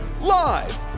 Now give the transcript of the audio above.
Live